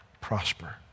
prosper